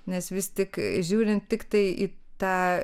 nes vis tik žiūrint tiktai į tą